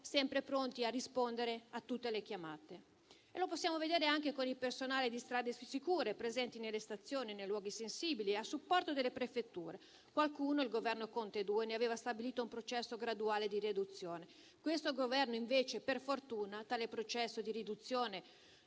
sempre pronti a rispondere a tutte le chiamate. Lo possiamo vedere anche con il personale dell'operazione Strade sicure, presente nelle stazioni, nei luoghi sensibili, a supporto delle prefetture. Qualcuno - il Governo Conte II - aveva stabilito un processo graduale di riduzione. Questo Governo, invece, tale processo di riduzione